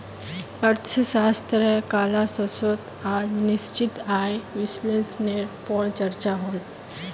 अर्थशाश्त्र क्लास्सोत आज निश्चित आय विस्लेसनेर पोर चर्चा होल